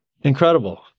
Incredible